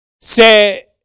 Se